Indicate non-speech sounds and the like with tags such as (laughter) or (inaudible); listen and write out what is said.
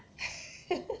(laughs)